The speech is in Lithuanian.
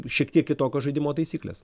šiek tiek kitokios žaidimo taisyklės